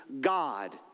God